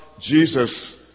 Jesus